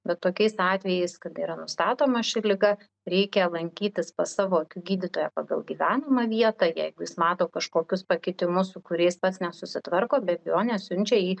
bet tokiais atvejais kada yra nustatoma ši liga reikia lankytis pas savo akių gydytoją pagal gyvenamą vietą jeigu jis mato kažkokius pakitimus su kuriais pats nesusitvarko be abejonės siunčia į